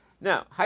Now